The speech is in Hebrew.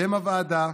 שם הוועדה,